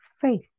faith